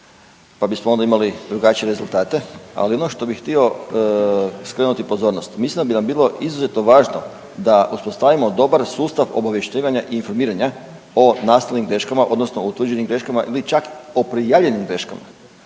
pa bismo onda imali drugačije rezultate ali ono što bi htio skrenuti pozornost, mislim da bi nam bilo izuzetno važno da uspostavimo dobar sustav obavješćivanja i informiranja o nastalim greškama odnosno utvrđenim greškama ili čak o prijavljenim greškama,